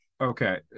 Okay